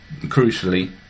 crucially